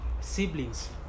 siblings